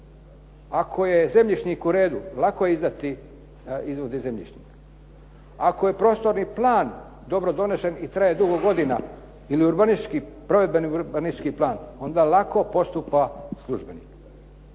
Ako je zemljišnik u redu lako je izdati izvode iz zemljišnika. Ako je prostorni plan dobro donesen i traje dugo godina ili urbanistički, provedbeni urbanistički plan, onda lako postupa službenik.